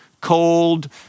cold